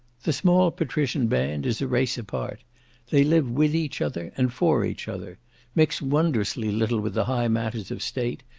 the small patrician band is a race apart they live with each other, and for each other mix wondrously little with the high matters of state,